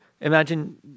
imagine